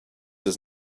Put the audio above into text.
does